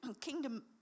kingdom